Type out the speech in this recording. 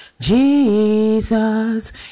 Jesus